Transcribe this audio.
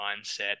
mindset